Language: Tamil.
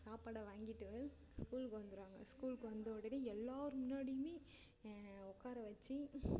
சாப்பாடை வாங்கிட்டு வந்து ஸ்கூலுக்கு வந்துடுவாங்க ஸ்கூலுக்கு வந்த உடனே எல்லார் முன்னாடியும் உட்கார வச்சு